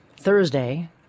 Thursday